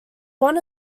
one